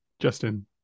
Justin